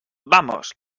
vamos